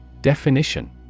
Definition